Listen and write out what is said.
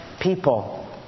people